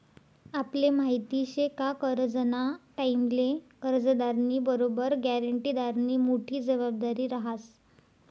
आपले माहिती शे का करजंना टाईमले कर्जदारनी बरोबर ग्यारंटीदारनी मोठी जबाबदारी रहास